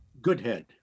Goodhead